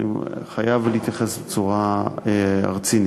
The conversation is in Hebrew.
אני חייב להתייחס בצורה רצינית.